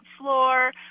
floor